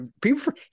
people